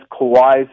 Kawhi's